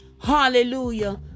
Hallelujah